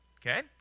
Okay